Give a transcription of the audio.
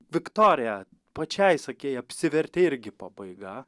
viktorija pačiai sakei apsivertė irgi pabaiga